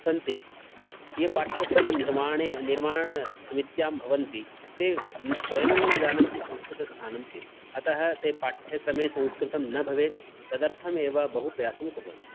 सन्ति ये पाठ्यक्रमनिर्माणे निर्माणसमित्यां भवन्ति ते स्वयमेव न जानन्ति संस्कृतस्थानं किं अतः ते पाठ्यक्र्मे संस्कृतं न भवेत् तदर्थम् एव बहुप्रयासं कुर्वन्ति